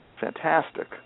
fantastic